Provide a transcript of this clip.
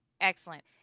Excellent